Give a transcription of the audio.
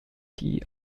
die